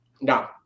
No